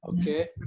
okay